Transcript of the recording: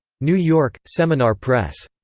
new york seminar press.